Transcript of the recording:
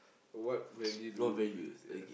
what really do you yes